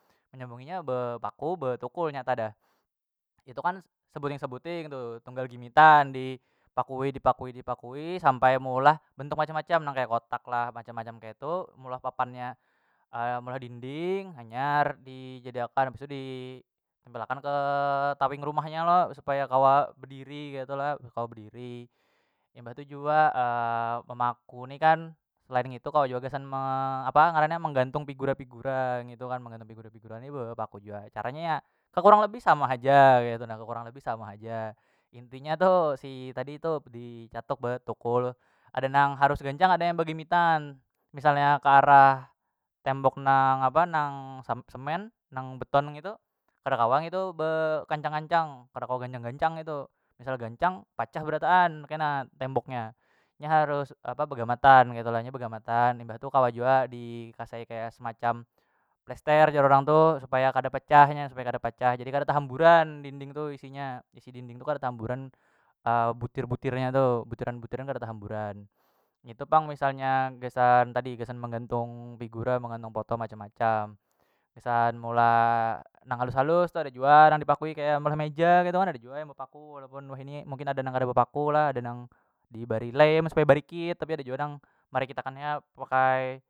Menyambungnya be paku be tukul nyata dah, itu kan sebuting- sebuting tu tunggal gimitan dipakui dipakui- dipakui sampai meulah bentuk macam- macam nang kaya kotak lah macam- macam kaitu meulah papannya meulah dinding hanyar dijadi akan habis tu di tambal akan ke tawing rumah nya lo supaya kawa bediri ketu lo bediri imbah tu jua memaku ni kan selain ngitu kawa jua gasan me apa ngarannya menggantung pigura- pigura ngitu kan menggantung pigura- pigura be paku jua, caranya ya kekurang lebih sama haja ketu na kekurang lebih sama haja inti nya tu si tadi tu dicatuk betukul ada nang harus gancang ada yang begimitan misalnya ke arah tembok nang apa nang semen nang beton nang ngitu kada kawa ngitu be kancang- kancang kada kawa gancang- gancang ketu misalnya gancang pacah berataan kena temboknya nya harus apa begamatan ketu lah nya begamatan imbah tu kawa jua di kasai kaya semacam plester jar urang tu supaya kada pecah nya supaya kada pecah jadi kada tehamburan dinding tu isinya isi dinding tu kada teamburan butir- butir nya tu butiran- butiran kada tehamburan ngitu pang misalnya gasan tadi gasan menggantung pigura manggantung poto macam- macam gasan meolah nang halus- halus tu ada jua nang dipakui kaya meolah meja ketu kan ada jua yang bepaku walaupun wahini mungkin ada nang karada bepaku lah ada nang dibari lem supaya barikit tapi ada jua nang marikit akannya pakai.